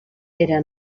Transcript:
era